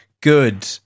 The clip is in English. good